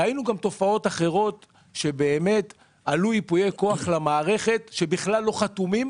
ראינו גם תופעות אחרות שבאמת עלו ייפויי כוח למערכת והם בכלל לא חתומים